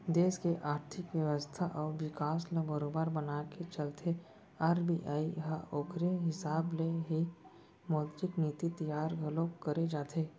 देस के आरथिक बेवस्था अउ बिकास ल बरोबर बनाके चलथे आर.बी.आई ह ओखरे हिसाब ले ही मौद्रिक नीति तियार घलोक करे जाथे